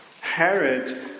Herod